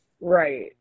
Right